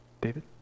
David